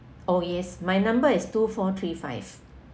oh yes my number is two four three five